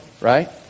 right